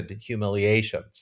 humiliations